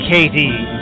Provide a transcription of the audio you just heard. Katie